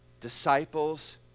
disciples